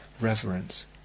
reverence